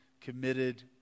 committed